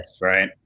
right